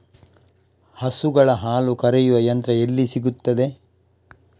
ಹಸುಗಳ ಹಾಲು ಕರೆಯುವ ಯಂತ್ರ ಎಲ್ಲಿ ಸಿಗುತ್ತದೆ?